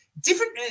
different